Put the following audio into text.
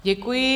Děkuji.